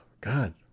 God